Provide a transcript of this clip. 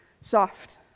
soft